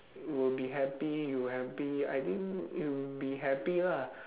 will be happy you happy I think it would be happy lah